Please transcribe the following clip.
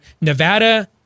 Nevada